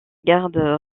gardes